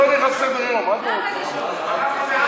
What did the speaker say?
אבל יש הסכמה, דוד.